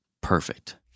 Perfect